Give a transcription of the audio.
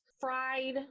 fried